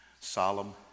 solemn